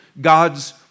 God's